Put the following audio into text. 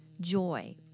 joy